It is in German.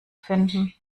finden